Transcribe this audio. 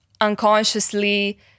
Unconsciously